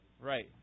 Right